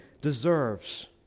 deserves